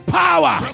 power